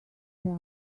tell